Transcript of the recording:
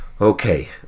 Okay